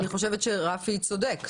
אני חושבת שרפי צודק.